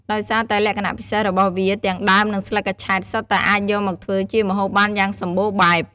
ដោយសារតែលក្ខណៈពិសេសរបស់វា ទាំងដើម និងស្លឹកកញ្ឆែតសុទ្ធតែអាចយកមកធ្វើជាម្ហូបបានយ៉ាងសម្បូរបែប។